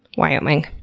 wyoming.